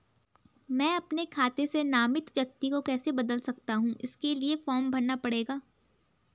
मैं अपने खाते से नामित व्यक्ति को कैसे बदल सकता हूँ इसके लिए फॉर्म भरना पड़ेगा?